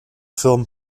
film